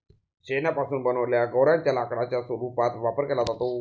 शेणापासून बनवलेल्या गौर्यांच्या लाकडाच्या रूपात वापर केला जातो